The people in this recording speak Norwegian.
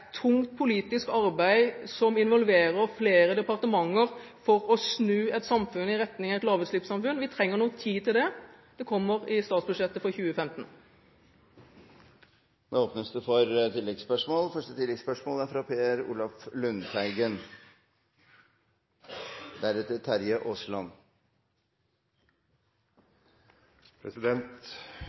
tungt politisk arbeid som involverer flere departementer, å snu et samfunn i retning av et lavutslippssamfunn. Vi trenger noe tid til det. Det kommer i statsbudsjettet for 2015. Det åpnes for oppfølgingsspørsmål – først Per Olaf Lundteigen.